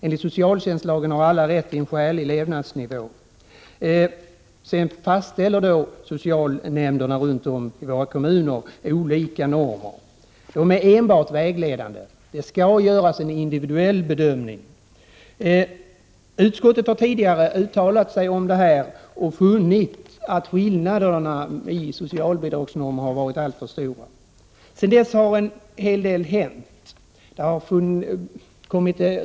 Enligt socialtjänstlagen har alla rätt till en skälig levnadsnivå. Det är socialnämnderna runt om i våra kommuner som sedan fastställer olika normer. De är enbart vägledande. Det skall göras en individuell bedömning. Utskottet har tidigare uttalat sig om denna fråga och funnit att skillnaderna mellan socialbidragsnormerna har varit alltför stora. Sedan dess har en hel del hänt.